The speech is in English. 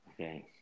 Okay